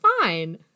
fine